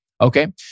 Okay